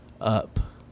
up